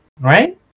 right